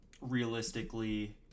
realistically